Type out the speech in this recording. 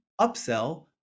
upsell